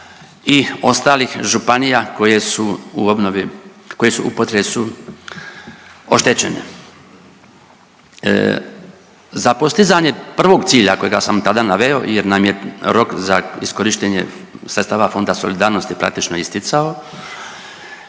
su u obnovi, koje su u potresu oštećene. Za postizanje prvog cilja kojega sam tada naveo jer nam je rok za iskorištenje sredstava fonda solidarnosti praktično isticao,